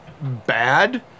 bad